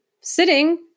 sitting